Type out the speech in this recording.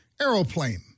aeroplane